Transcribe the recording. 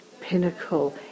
pinnacle